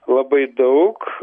labai daug